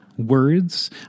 words